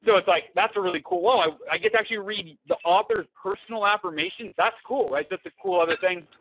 so it's like, that's really cool. i get to actually read the author's personal affirmation. that's cool, right? so, it's a cool other thing.